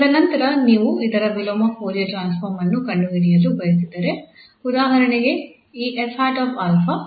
ತದನಂತರ ನೀವು ಇದರ ವಿಲೋಮ ಫೋರಿಯರ್ ಟ್ರಾನ್ಸ್ಫಾರ್ಮ್ ಅನ್ನು ಕಂಡುಹಿಡಿಯಲು ಬಯಸಿದರೆ ಉದಾಹರಣೆಗೆ ಈ 𝑓̂ 𝛼